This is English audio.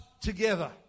together